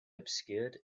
obscured